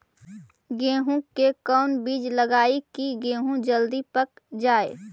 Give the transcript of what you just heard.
गेंहू के कोन बिज लगाई कि गेहूं जल्दी पक जाए?